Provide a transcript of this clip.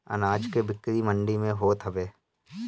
अनाज के बिक्री मंडी में होत हवे